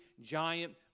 giant